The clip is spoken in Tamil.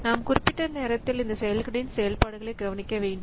நாம் குறிப்பிட்ட நேரத்தில் இந்த செயல்களின் செயல்பாடுகளை கவனிக்க வேண்டும்